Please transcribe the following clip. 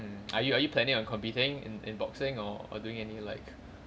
mm are you are you planning on competing in in boxing or doing any like